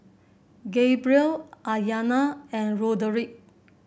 Gabriel Aryana and Roderic